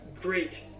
great